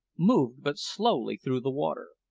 moved but slowly through the water.